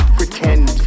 pretend